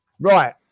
Right